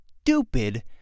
stupid